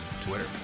Twitter